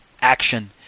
action